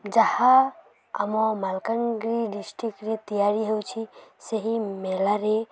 ଯାହା ଆମ ମାଲକାନଗିରି ଡିଷ୍ଟ୍ରିକ୍ରେ ତିଆରି ହେଉଛି ସେହି ମେଲାରେ